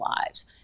lives